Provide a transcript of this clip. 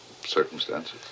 Circumstances